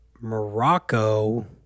Morocco